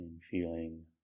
feeling